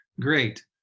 great